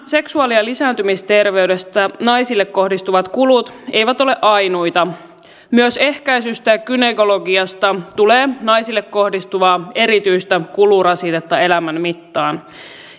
seksuaali ja lisääntymisterveydestä naisille kohdistuvat kulut eivät ole ainoita myös ehkäisystä ja gynekologiasta tulee naisille kohdistuvaa erityistä kulurasitetta elämän mittaan